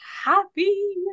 happy